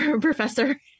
professor